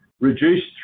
reduced